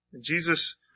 Jesus